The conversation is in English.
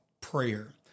prayer